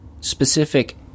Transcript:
specific